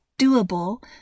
doable